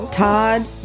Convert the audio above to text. Todd